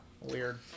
Weird